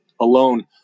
alone